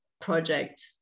project